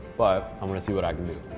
but i'm gonna see what i can do.